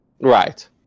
Right